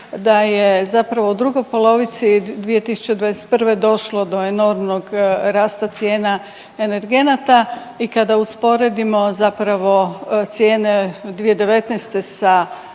da je zapravo u drugoj polovici 2021. došlo do enormnog rasta cijena energenata i kada usporedimo zapravo cijene 2019. sa